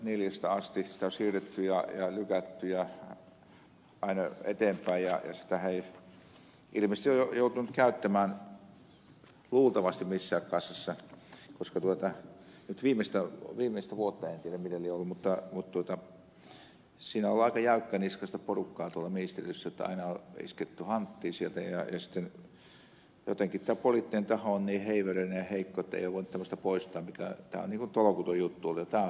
sitä on siirretty ja lykätty aina eteenpäin ja sitähän ei ilmeisesti ole jouduttu käyttämään luultavasti missään kassassa nyt viimeistä vuotta en tiedä miten lie ollut mutta siinä on ollut aika jäykkäniskaista porukkaa tuolla ministeriössä jotta aina on isketty hanttiin sieltä ja sitten jotenkin tämä poliittinen taho on niin heiveröinen ja heikko ettei ole voinut tämmöistä poistaa